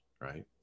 right